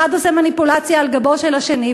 אחד עושה מניפולציה על גבו של השני,